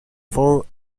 ford